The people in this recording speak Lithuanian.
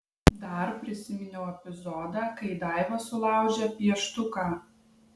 dar prisiminiau epizodą kai daiva sulaužė pieštuką